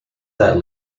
that